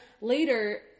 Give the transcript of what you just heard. later